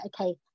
okay